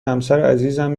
همسرعزیزم